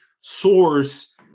source